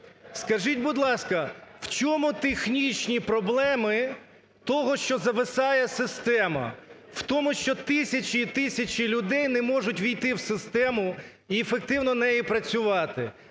Скажіть, будь ласка, в чому технічні проблеми того, що зависає система, в тому, що тисячі і тисячі людей не можуть ввійти в систему і ефективно нею працювати?